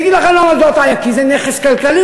אגיד לכם למה זו הטעיה, כי זה נכס כלכלי.